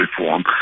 reform